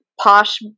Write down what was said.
posh